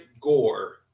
Gore